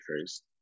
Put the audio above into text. first